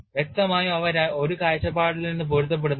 വ്യക്തമായും അവ ഒരു കാഴ്ചപ്പാടിൽ നിന്ന് പൊരുത്തപ്പെടുന്നില്ല